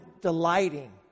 delighting